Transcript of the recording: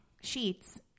sheets